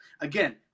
again